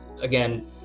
again